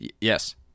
Yes